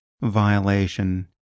violation